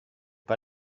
pas